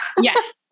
yes